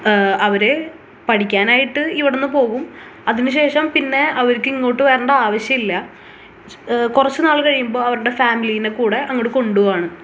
അവർ പഠിക്കാനായിട്ട് ഇവിടെ നിന്ന് പോകും അതിന് ശേഷം പിന്നെ അവർക്ക് ഇങ്ങോട്ട് വരേണ്ട ആവശ്യമില്ല കുറച്ച് നാൾ കഴിയുമ്പോൾ അവരുടെ ഫാമിലിയിനെ കൂടി അങ്ങോട്ട് കൊണ്ടുപോവുകയാണ്